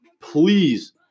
Please